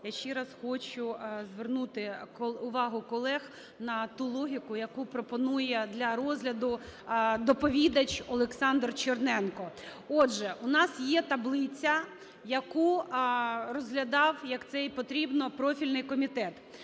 я ще раз хочу звернути увагу колег на ту логіку, яку пропонує для розгляду доповідач Олександр Черненко. Отже, у нас є таблиця, яку розглядав, як це і потрібно, профільний комітет.